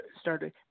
started –